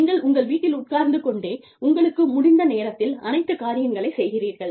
நீங்கள் உங்கள் வீட்டில் உட்கார்ந்து கொண்டே உங்களுக்கு முடிந்த நேரத்தில் அனைத்து காரியங்களைச் செய்கிறீர்கள்